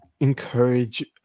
encourage